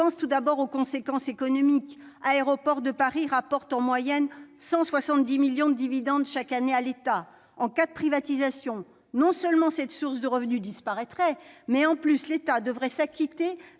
pense tout d'abord aux conséquences économiques. En moyenne, Aéroports de Paris rapporte 170 millions d'euros de dividendes chaque année à l'État. En cas de privatisation, non seulement cette source de revenus disparaîtrait, mais, en plus, l'État devrait s'acquitter